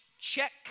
Check